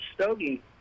Stogie